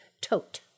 Tote